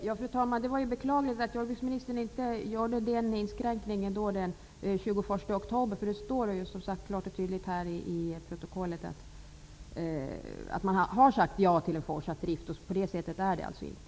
Fru talman! Det var beklagligt att jordbruksministern inte gjorde den inskränkningen den 21 oktober. Det står, som jag nämnt, klart och tydligt i protokollet att man har sagt ja till en fortsatt drift. På det sättet är det alltså inte.